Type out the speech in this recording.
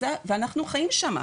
ואנחנו חיים שם.